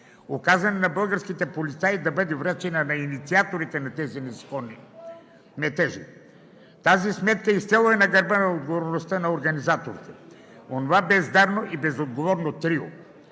оказана на българските полицаи, да бъде връчена на инициаторите на тези незаконни метежи! Тази сметка изцяло е на гърба, на отговорността на организаторите – онова бездарно и безотговорно трио,